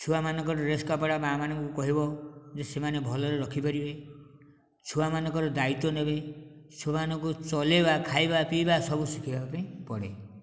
ଛୁଆମାନଙ୍କର ଡ୍ରେସ୍ କପଡ଼ା ମା' ମାନଙ୍କୁ କହିବ ଯେ ସେମାନେ ଭଲରେ ରଖିପାରିବେ ଛୁଆମାନଙ୍କର ଦାୟିତ୍ୱ ନେବେ ଛୁଆମାନଙ୍କୁ ଚଲେଇବା ଖାଇବା ପିଇବା ସବୁ ଶିଖେଇବା ପାଇଁ ପଡ଼େ